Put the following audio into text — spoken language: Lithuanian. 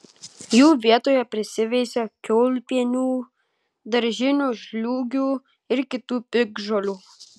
jų vietoje prisiveisia kiaulpienių daržinių žliūgių ir kitų piktžolių